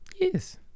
yes